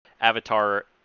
avatar